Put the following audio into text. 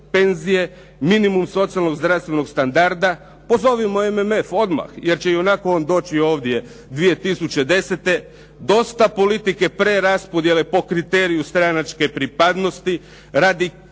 minimum socijalnog zdravstvenog standarda. Pozovimo MMF odmah, jer će ionako on doći ovdje 2010. Dosta politike preraspodjele po kriteriju stranačke pripadnosti, radikalno